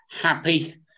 happy